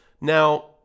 Now